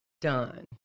done